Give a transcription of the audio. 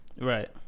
Right